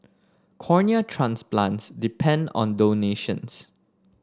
cornea transplants depend on donations